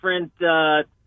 different